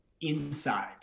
inside